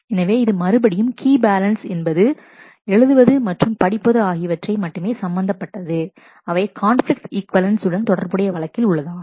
எனவே இது மறுபடியும் கீ பேலன்ஸ் என்பது எழுதுவது மற்றும் படிப்பது ஆகியவற்றை மட்டுமே சம்பந்தப்பட்டது அவை கான்பிலிக்ட் ஈக்வலன்ஸ் உடன் தொடர்புடைய வழக்கில் உள்ளதாகும்